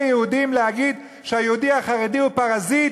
יהודים להגיד שהיהודי החרדי הוא פרזיט?